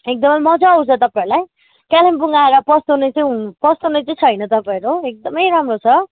एकदमै मजा आउँछ तपाईँहरूलाई कालिम्पोङ आएर पछ्ताउने चाहिँ हुँ पछ्ताउने चाहिँ छैन तपाईँहरू एकदमै राम्रो छ